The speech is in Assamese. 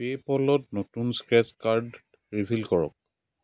পে'পলত নতুন স্ক্ৰেট্চ কাৰ্ড ৰিভিল কৰক